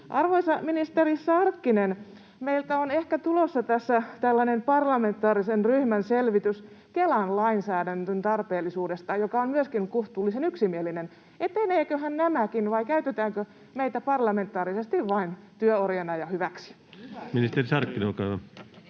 Arvoisa ministeri Sarkkinen, meiltä on ehkä tulossa tässä tällainen parlamentaarisen ryhmän selvitys Kelan lainsäädännön tarpeellisuudesta, joka on myöskin kohtuullisen yksimielinen. Eteneeköhän tämäkään, vai käytetäänkö meitä parlamentaarisesti vain työorjina ja hyväksi? Ministeri Sarkkinen, olkaa hyvä.